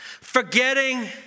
forgetting